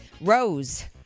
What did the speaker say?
Rose